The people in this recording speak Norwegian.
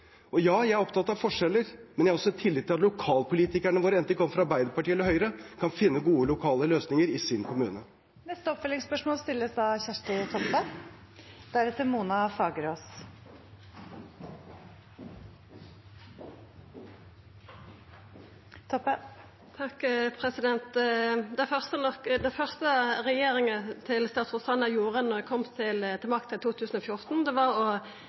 Ja, jeg er opptatt av forskjeller, men jeg har også tillit til at lokalpolitikerne våre, enten de kommer fra Arbeiderpartiet eller Høyre, kan finne gode lokale løsninger i sine kommuner. Kjersti Toppe – til oppfølgingsspørsmål. Det første regjeringa til statsråd Sanner gjorde da dei kom til makta i 2013, var å fjerna gratis frukt og grønt og bruka pengane til